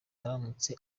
aramutse